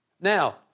Now